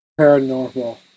paranormal